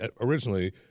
originally